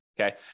Okay